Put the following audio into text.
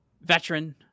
veteran